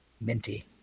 minty